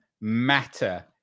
matter